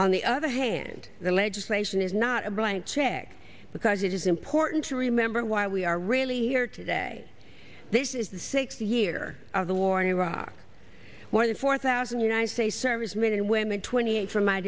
on the other hand the legislation is not a blank check because it is important to remember why we are really here today this is the sixth year of the war in iraq more than four thousand united states servicemen and women twenty eight from my